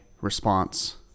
response